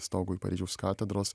stogui paryžiaus katedros